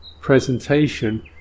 presentation